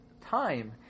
time